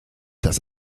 das